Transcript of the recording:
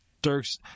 Dirk's